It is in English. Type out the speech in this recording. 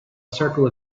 circle